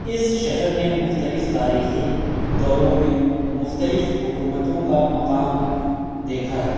اس شہر نے مختلف تاریخی دوروں میں مختلف حکومتوں کا مقام دیکھا ہے